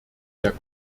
der